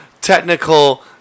technical